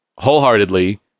wholeheartedly